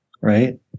right